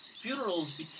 Funerals